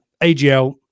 AGL